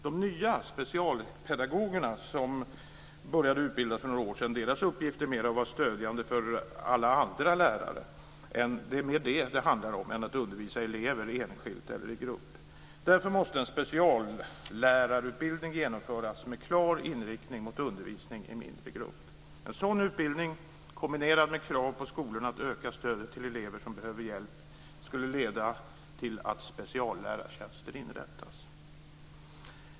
De nya specialpedagogerna, som började utbildas för några år sedan, har uppgiften att vara stödjande för alla andra lärare. Det handlar mer om det än att undervisa elever enskilt eller i grupp. Därför måste en speciallärarutbildning genomföras med klar inriktning mot undervisning i mindre grupp. En sådan utbildning, kombinerad med krav på skolorna att öka stödet till elever som behöver hjälp, skulle leda till att speciallärartjänster inrättas.